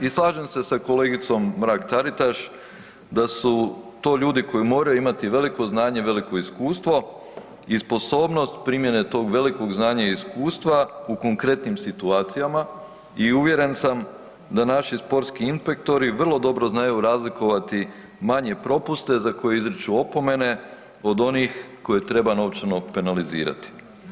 I slažem se sa kolegicom Mrak Taritaš da su to ljudi koji moraju imati veliko znanje i veliko iskustvo i sposobnost primjene tog velikog znanja i iskustva u konkretnim situacijama i uvjeren sam da naši sportski inspektori vrlo dobro znaju razlikovati manje propuste za koje izriču opomene od onih koje treba novčano penalizirati.